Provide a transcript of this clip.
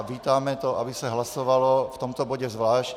Vítáme to, aby se hlasovalo v tomto bodě zvlášť.